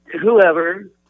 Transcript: whoever